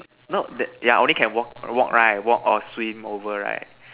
no that yeah only can walk walk right walk or swim over right